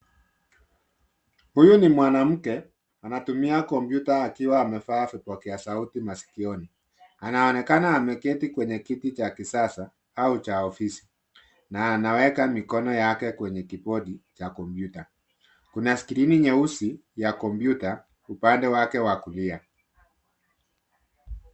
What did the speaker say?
Huyu ni mwanamke, anatumia kompyuta akiwa amevaa vipokea sauti masikioni . Anaonekana ameketi kwenye kiti cha kisasa au cha ofisi na anaweka mikono yake kwenye kibodi cha kompyuta . Kuna (cs) screen(cs) nyeusi ya kompyuta upande wake wa kulia.